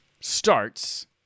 starts